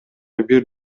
бир